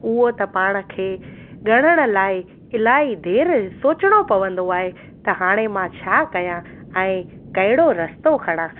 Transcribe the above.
उहो त पाण खे ॻणण लाइ इलाही देरि सोचिणो पवंदो आहे त हाणे मां छा कया ऐं कहिड़ो रस्तो खणा